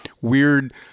weird